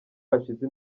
hashize